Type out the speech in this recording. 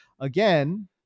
again